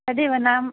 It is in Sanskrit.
तदेव नां